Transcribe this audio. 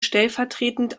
stellvertretend